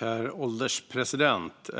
Herr ålderspresident!